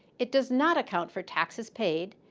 it does not account for taxes paid,